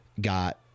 got